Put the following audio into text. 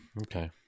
Okay